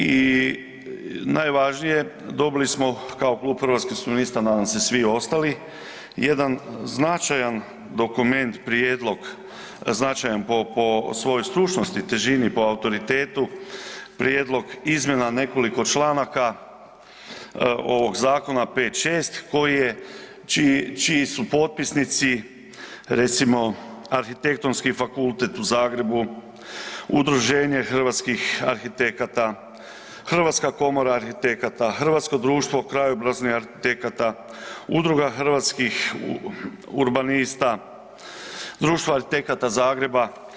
I najvažnije, dobili smo kao klub Hrvatskih suverenista, nadam se i svi ostali, jedan značajan dokument, prijedlog, značajan po svojoj stručnosti, težini, po autoritetu, prijedlog izmjena nekoliko članaka ovoga zakona, 5, 6, čiji su potpisnici recimo Arhitektonski fakultet u Zagrebu, Udruženje hrvatskih arhitekata, Hrvatska komora arhitekata, Hrvatsko društvo krajobrazne arhitekture, Udruga hrvatskih urbanista, Društvo arhitekata Zagreba.